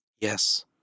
Yes